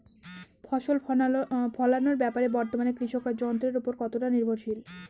ফসল ফলানোর ব্যাপারে বর্তমানে কৃষকরা যন্ত্রের উপর কতটা নির্ভরশীল?